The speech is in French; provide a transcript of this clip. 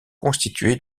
constitué